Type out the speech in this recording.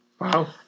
Wow